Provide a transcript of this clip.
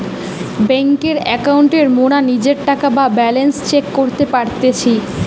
বেংকের একাউন্টে মোরা নিজের টাকা বা ব্যালান্স চেক করতে পারতেছি